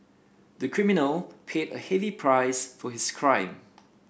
the criminal paid a heavy price for his crime